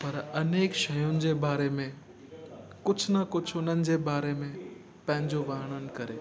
पर अनेक शयुनि जे बारे में कुझु न कुझु उन्हनि जे बारे में पंहिंजो वर्णन करे